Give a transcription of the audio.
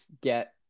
get